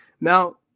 Now